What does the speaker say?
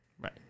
right